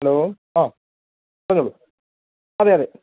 hello ആ പറഞ്ഞോളൂ അതെ അതെ